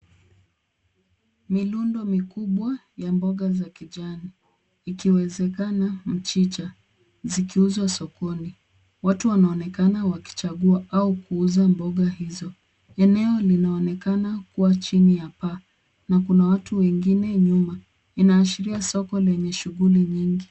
Milundo mikubwa ya mboga za kijani ikiwezekana mchicha zikiuzwa sokoni. Watu wanaonekana wakichagua au kuuza mboga hizo. Eneo linaonekana kuwa chini ya paa na kuna watu wengine nyuma inaashiria soko lenye shughuli nyingi.